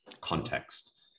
context